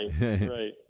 right